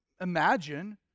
imagine